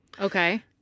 Okay